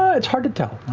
ah it's hard to tell.